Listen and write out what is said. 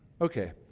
Okay